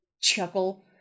chuckle